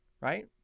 Right